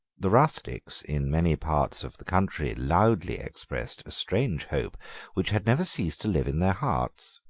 the rustics in many parts of the country loudly expressed a strange hope which had never ceased to live in their hearts.